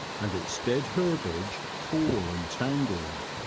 and its dead herbage tall and tangled.